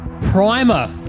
primer